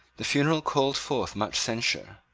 the funeral called forth much censure.